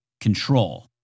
control